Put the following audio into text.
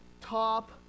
top